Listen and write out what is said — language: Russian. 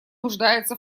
нуждается